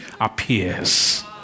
appears